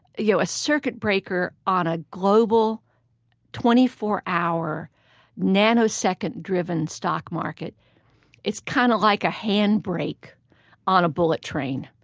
you know, a circuit breaker on a global twenty four hour nanosecond driven stock market it's kind of like a handbrake on a bullet train.